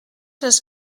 les